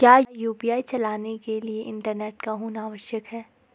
क्या यु.पी.आई चलाने के लिए इंटरनेट का होना आवश्यक है?